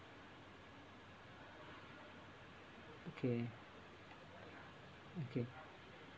okay okay